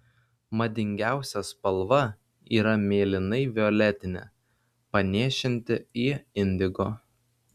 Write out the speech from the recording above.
madingiausia spalva yra mėlynai violetinė panėšinti į indigo